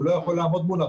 הוא לא יכול לעמוד מולם.